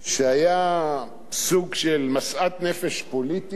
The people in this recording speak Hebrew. שהיה סוג של משאת נפש פוליטית,